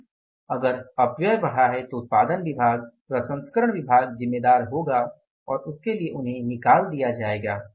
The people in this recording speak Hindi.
लेकिन अगर अपव्यय बढ़ा है तो उत्पादन विभाग प्रसंस्करण विभाग जिम्मेदार होगा और उसके लिए उन्हें निकाल दिया जाएगा